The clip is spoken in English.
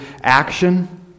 action